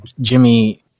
Jimmy